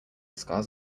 scars